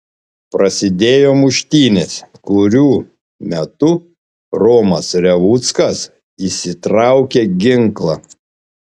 prasidėjo muštynės kurių metu romas revuckas išsitraukė ginklą